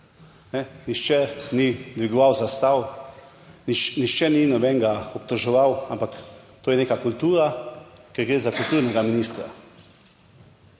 nihče ni dvigoval zastav, nihče ni nobenega obtoževal, ampak to je neka kultura, ker gre za kulturnega ministra